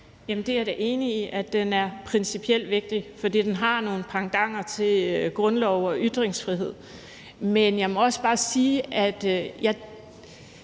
Jeg er da enig i, at den er principielt vigtig, for den har nogle pendanter til grundloven og ytringsfriheden, men jeg må også bare sige, at vi